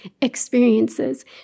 experiences